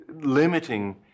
limiting